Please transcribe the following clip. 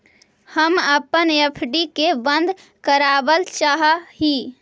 हम अपन एफ.डी के बंद करावल चाह ही